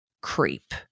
creep